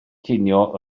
cinio